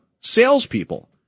salespeople